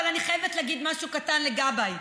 אבל אני חייבת להגיד משהו קטן לגבאי,